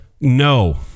No